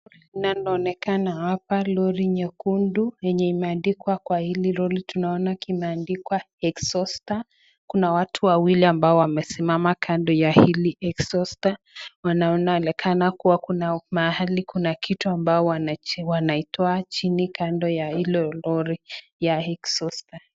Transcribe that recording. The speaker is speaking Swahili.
Linaloonekana hapa, lori nyekundu yenye imeandikwa. Kwa hili lori tunaona imeandikwa exhauster . Kuna watu wawili ambao wamesimama kando ya hili exhauster wanaoonekana kuwa kuna mahali kuna kitu ambayo wanaitoa chini kando ya hilo lori ya exhauster